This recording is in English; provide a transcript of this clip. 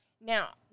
Now